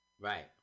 Right